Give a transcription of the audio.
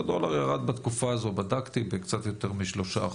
ירד בתקופה הזו בקצת יותר מ-3%.